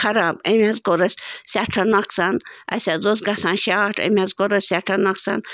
خراب أمۍ حظ کوٚر اَسہِ سٮ۪ٹھاہ نۄقصان اَسہِ حظ اوس گَژھان شاٹ أمۍ حظ کوٚر اَسہِ سٮ۪ٹھاہ نۄقصان